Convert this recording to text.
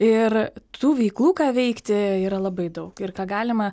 ir tų veiklų ką veikti yra labai daug ir ką galima